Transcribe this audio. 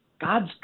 God's